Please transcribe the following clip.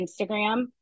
Instagram